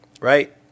Right